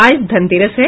आज धनतेरस है